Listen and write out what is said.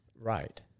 Right